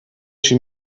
chi